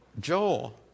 Joel